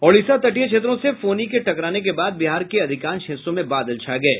ओडिशा के तटीय क्षेत्रों से फोनी के टकराने के बाद बिहार के अधिकांश हिस्सों में बादल छा गये